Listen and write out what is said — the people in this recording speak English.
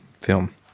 film